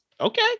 okay